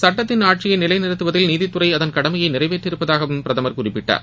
சுட்டத்தின் ஆட்சியை நிலைநிறுத்துவதில் நீதித்துறை அதன் கடமையை நிறைவேற்றி இருப்பதாகவும் பிரதமர் குறிப்பிட்டார்